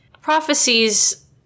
prophecies